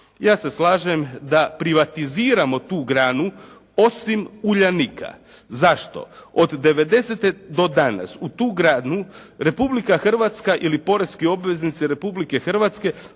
ja se slažem da privatiziramo tu granu osim "Uljanika". Zašto? Od '90.-te do danas u tu granu Republika Hrvatska ili poreski obveznici Republike Hrvatske